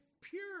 pure